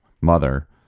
mother